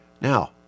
Now